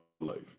life